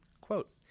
quote